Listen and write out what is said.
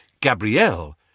Gabrielle